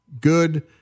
good